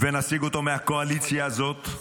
ונשיג אותו מהקואליציה הזאת,